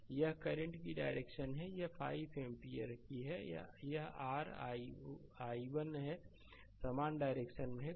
तो यह करंट की डायरेक्शन है यह 5 एम्पीयर है कि यह r i1 समान डायरेक्शन में है है